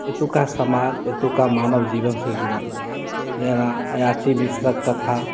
एतुका समाज एतुका मानव जीवनसँ जुड़ल अछि जेना अयाचि मिश्रक कथा